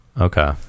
Okay